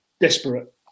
desperate